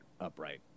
upright